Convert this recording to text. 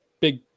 big